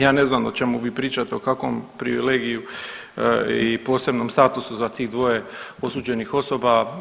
Ja ne znam o čemu vi pričate o kakvom privilegiju i posebnom statusu za tih dvoje osuđenih osoba.